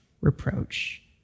reproach